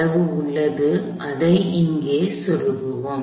அளவு உள்ளது அதை அங்கே செருகுவோம்